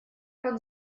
как